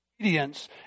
obedience